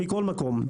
מכל מקום.